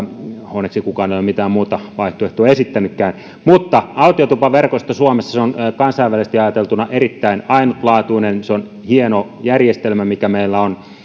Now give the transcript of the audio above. onneksi kukaan ei ole mitään muuta vaihtoehtoa esittänytkään autiotupaverkosto suomessa on kansainvälisesti ajateltuna erittäin ainutlaatuinen se on hieno järjestelmä mikä meillä on